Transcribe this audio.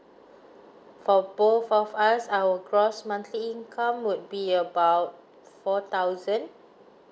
for both of us our gross monthly income would be about four thousand